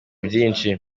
byinshi